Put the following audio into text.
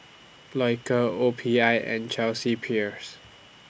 Loacker O P I and Chelsea Peers